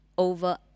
over